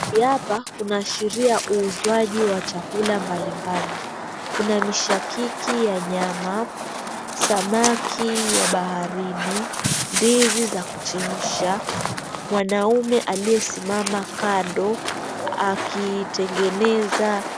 Hapa kunaashiria uuzaji wa chakula mbalimbali. Kuna mashakiki ya nyama, samaki wa baharini, ndizi za kuchemsha. Mwanaume aliyesimama kando akiitengeneza.